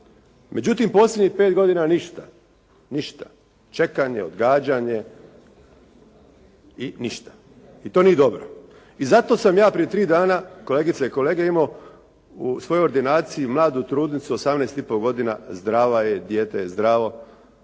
Međutim posljednjih 5 godina ništa. Ništa. Čekanje, odgađanje i ništa. I to nije dobro. I zato sam ja prije 3 dana kolegice i kolege imao u svojoj ordinaciji mladu trudnicu 18 i po godina zdrava je, dijete je zdravo.